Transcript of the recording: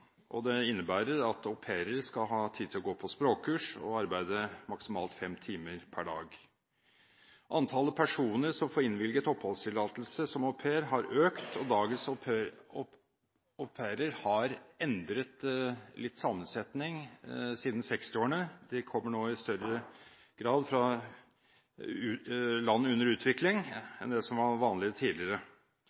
av. Det innebærer at au pairer skal ha tid til å gå på språkkurs og arbeide maksimalt fem timer per dag. Antallet personer som får innvilget oppholdstillatelse som au pair, har økt, og dagens au pairer har endret litt sammensetning siden 1960-årene. De kommer nå i større grad fra land under utvikling enn det som var vanlig tidligere.